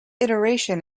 iteration